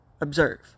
observe